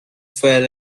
fell